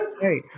Hey